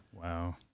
Wow